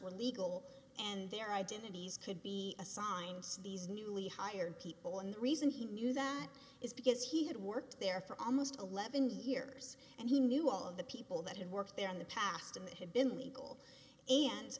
were illegal and their identities could be assigned to these newly hired people and the reason he knew that is because he had worked there for almost eleven years and he knew all of the people that had worked there in the past and it had been legal and